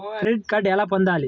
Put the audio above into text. Credit card ఎలా పొందాలి?